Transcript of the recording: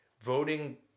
voting